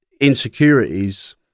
insecurities